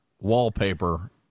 wallpaper